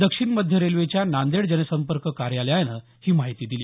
दक्षिण मध्य रेल्वेच्या नांदेड जनसंपर्क कार्यालयानं ही माहिती दिली